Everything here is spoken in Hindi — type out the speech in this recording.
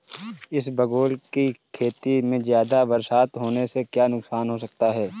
इसबगोल की खेती में ज़्यादा बरसात होने से क्या नुकसान हो सकता है?